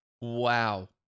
wow